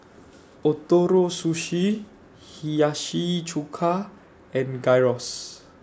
Ootoro Sushi Hiyashi Chuka and Gyros